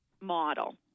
model